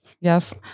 Yes